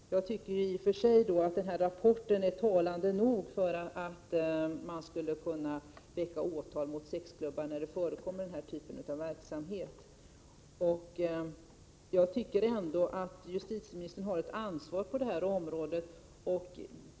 Jag tycker i och för sig att rapporten är talande nog och skulle kunna utgöra grund för att väcka åtal mot sexklubbar där den här typen av verksamhet förekommer. Men jag tycker också att justitieministern har ett ansvar på det här området.